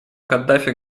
каддафи